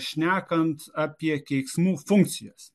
šnekant apie keiksmų funkcijas